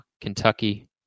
Kentucky